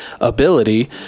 ability